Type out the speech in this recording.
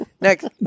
next